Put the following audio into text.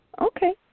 okay